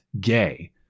gay